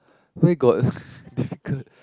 where got difficult